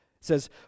says